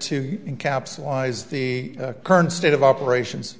to capsulize the current state of operations